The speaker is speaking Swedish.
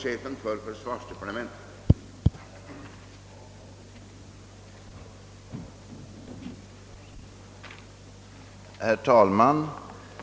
Herr talman!